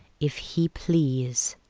if he please,